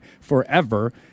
forever